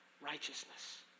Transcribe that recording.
Righteousness